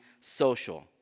social